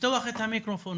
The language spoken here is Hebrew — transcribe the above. תציגי את עצמך,